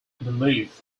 belief